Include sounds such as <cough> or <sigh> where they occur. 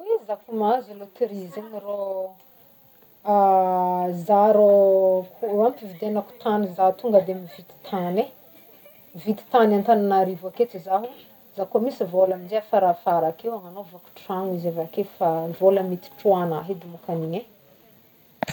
Oy e za koa mahazo loteria zegny rô <hesitation> ah <hesitation> za rô kô ampy hividianako tany za tonga de mividy tany e, mividy tany Antananarivo aketo zaho, za koa misy vola amzae afarafara akeo agnagnaovako tragno izy avake fa vola miditry hoagnahy edy môkany igny e.